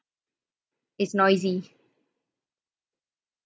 it's noisy